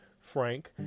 frank